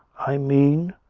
i mean,